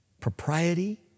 propriety